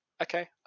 Okay